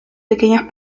pequeñas